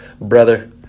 brother